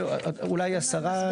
אולי השרה?